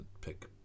pick